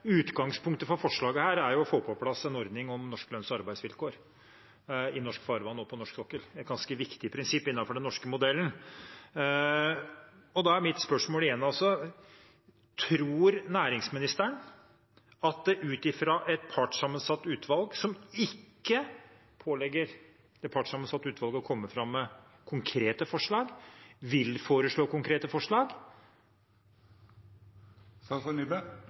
Utgangspunktet for forslaget er å få på plass en ordning for norske lønns- og arbeidsvilkår i norske farvann og på norsk sokkel. Det er et ganske viktig prinsipp innenfor den norske modellen. Da er mitt spørsmål igjen: Tror næringsministeren at et partssammensatt utvalg som ikke er pålagt å komme med konkrete forslag, vil komme med konkrete forslag?